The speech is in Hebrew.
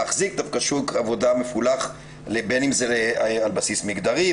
להחזיק דווקא שוק עבודה מפולח בין אם זה על בסיס מגדרי,